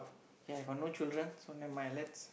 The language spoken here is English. K I got no children so never mind let's